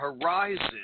horizon